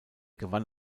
gewann